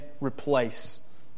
replace